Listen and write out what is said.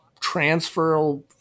transferal –